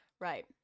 Right